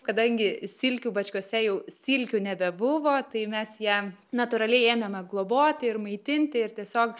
kadangi silkių bačkose jau silkių nebebuvo tai mes jam natūraliai ėmėme globoti ir maitinti ir tiesiog